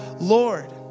Lord